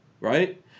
right